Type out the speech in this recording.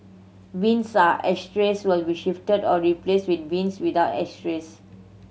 bins ashtrays will be shifted or replaced with bins without ashtrays